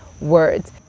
words